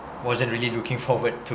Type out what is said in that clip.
wasn't really looking forward to